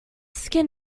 skin